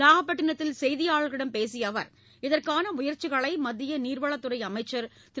நாகபட்டிணத்தில் செய்தியாளர்களிடம் பேசிய அவர் இதற்கான முயற்சிகளை மத்திய நீர்வளத்துறை அமைச்சர் திரு